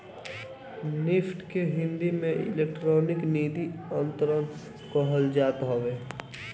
NEFT के हिंदी में electronic निधि अंतरण कहल जात हवे